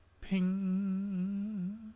ping